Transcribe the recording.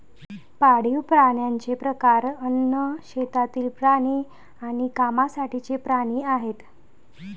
पाळीव प्राण्यांचे प्रकार अन्न, शेतातील प्राणी आणि कामासाठीचे प्राणी आहेत